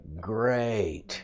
great